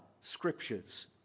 scriptures